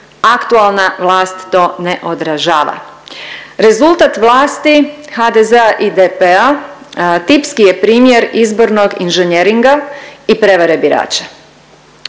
Aktualna vlast to ne odražava. Rezultat vlasti HDZ-a i DP-a tipski je primjer izbornog inženjeringa i prevare birača.